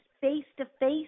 face-to-face